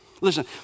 Listen